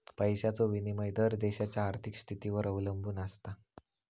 पैशाचो विनिमय दर देशाच्या आर्थिक स्थितीवर अवलंबून आसता